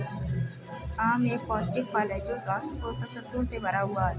आम एक पौष्टिक फल है जो स्वस्थ पोषक तत्वों से भरा हुआ है